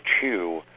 two